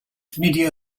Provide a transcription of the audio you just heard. media